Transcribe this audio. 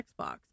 Xbox